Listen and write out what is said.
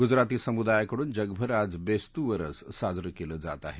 गुजराती समुदायाकडून जगभर आज बेस्तु वरस साजरं केलं जात आहे